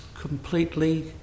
completely